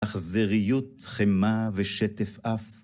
אכזריות, חמה ושטף אף.